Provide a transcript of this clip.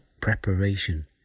preparation